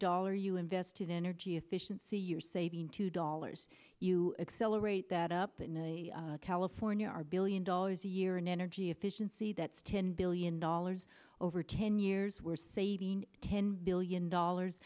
dollar you invest in energy efficiency you're saving two dollars you accelerate that up in california are billion dollars a year in energy efficiency that's ten billion dollars over ten years we're saving ten billion dollars